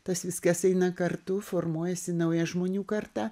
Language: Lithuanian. tas viskas eina kartu formuojasi nauja žmonių karta